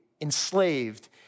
enslaved